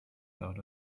thought